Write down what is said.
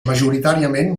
majoritàriament